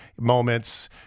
moments